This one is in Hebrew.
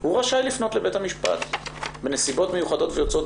הוא רשאי לפנות לבית המשפט בנסיבות מיוחדות ויוצאות